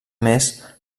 més